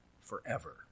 forever